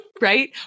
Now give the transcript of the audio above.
right